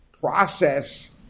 process